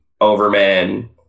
Overman